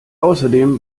außerdem